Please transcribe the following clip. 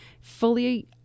fully